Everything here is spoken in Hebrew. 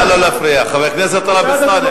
נא לא להפריע, חבר הכנסת טלב אלסאנע.